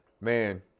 Man